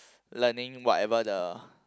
learning whatever the